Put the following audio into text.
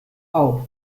auf